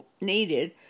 needed